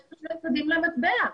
יש הרבה צדדים למטבע.